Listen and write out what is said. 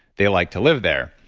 they like to live there.